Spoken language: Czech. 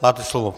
Máte slovo.